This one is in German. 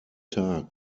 tag